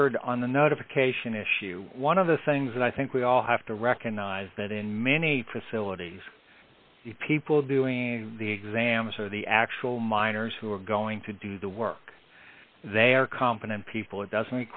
now rd on the notification issue one of the things that i think we all have to recognize that in many facilities people doing the exams are the actual miners who are going to do the work they are competent people it doesn't